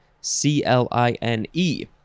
C-L-I-N-E